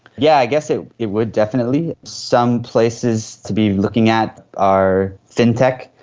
yeah i guess it it would, definitely. some places to be looking at are fintech,